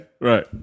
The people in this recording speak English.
Right